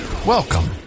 Welcome